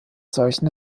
solchen